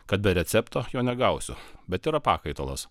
kad be recepto jo negausiu bet yra pakaitalas